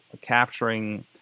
capturing